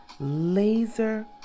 laser